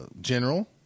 general